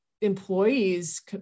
employees